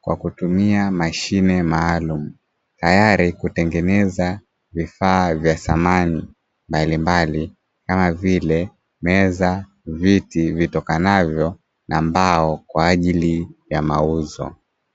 kwa kutumia mashine maalumu; tayari kutengeneza vifaa vya samani mbalimbali kama vile meza, viti vitokanavyo na mbao kwa ajili ya mauzo.